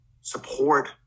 support